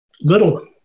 little